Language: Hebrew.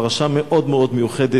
פרשה מאוד מיוחדת,